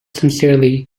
sincerely